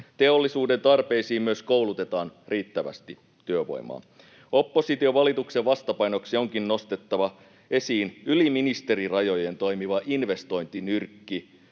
Teollisuuden tarpeisiin myös koulutetaan riittävästi työvoimaa. Opposition valituksen vastapainoksi onkin nostettava esiin yli ministeriörajojen toimiva investointinyrkki,